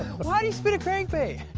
why did he spit a crank bait?